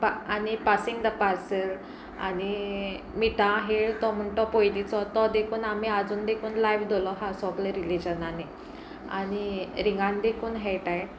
आनी passing the parcel आनी मिठा खेळ तो म्हूण तो पयलींचो तो देखून आमी आजून देखून लायव दवरलो आसा सगलें रिलीजनांनी आनी रिंगान देखून हेटाय